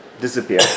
disappear